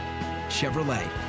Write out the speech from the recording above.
Chevrolet